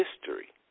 history